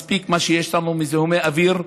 מספיק מה שיש לנו מזיהומי אוויר.